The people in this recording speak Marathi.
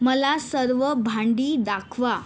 मला सर्व भांडी दाखवा